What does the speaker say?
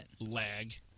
lag